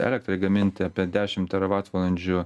elektrai gaminti apie dešimt teravatvalandžių